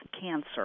cancer